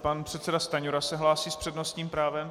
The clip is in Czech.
Pan předseda Stanjura se hlásí s přednostním právem.